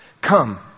Come